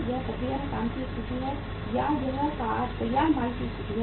यह प्रक्रिया में काम की एक सूची है या यह तैयार माल की एक सूची है